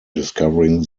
discovering